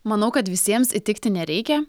manau kad visiems įtikti nereikia